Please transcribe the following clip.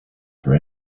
for